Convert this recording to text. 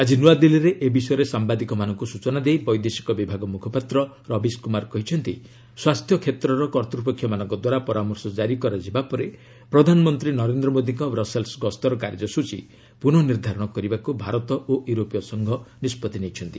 ଆଜି ନୂଆଦିଲ୍ଲୀରେ ଏ ବିଷୟରେ ସାମ୍ବାଦିକମାନଙ୍କୁ ସୂଚନା ଦେଇ ବୈଦେଶିକ ବିଭାଗ ମୁଖପାତ୍ର ରବିଶ କୁମାର କହିଛନ୍ତି ସ୍ୱାସ୍ଥ୍ୟ କ୍ଷେତ୍ରର କର୍ତ୍ତ୍ୱପକ୍ଷମାନଙ୍କ ଦ୍ୱାରା ପରାମର୍ଶ କାରି କରାଯିବା ପରେ ପ୍ରଧାନମନ୍ତ୍ରୀ ନରେନ୍ଦ୍ର ମୋଦୀଙ୍କ ବ୍ରସେଲ୍ସ ଗସ୍ତର କାର୍ଯ୍ୟସ୍ଟଚୀ ପୁନଃ ନିର୍ଦ୍ଧାରଣ କରିବାକୁ ଭାରତ ଓ ୟୁରୋପୀୟ ସଂଘ ନିଷ୍ପତ୍ତି ନେଇଛନ୍ତି